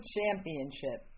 Championship